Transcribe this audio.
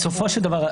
בסופו של דבר,